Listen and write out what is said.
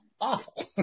awful